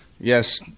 yes